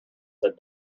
said